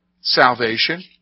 salvation